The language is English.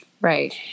Right